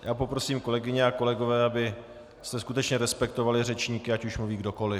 Já poprosím, kolegyně a kolegové, abyste skutečně respektovali řečníky, ať už mluví kdokoli.